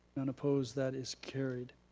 none opposed. that is carried.